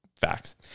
facts